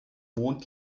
mond